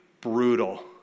brutal